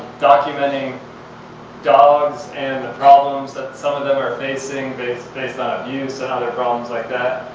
documenting dogs and the problems that some of them are facing based based on abuse and other problems like that.